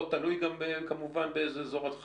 תלוי גם באיזה אזור את חיה.